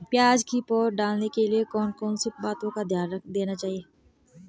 प्याज़ की पौध डालने के लिए कौन कौन सी बातों का ध्यान देना चाहिए?